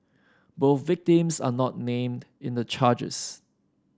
both victims are not named in the charges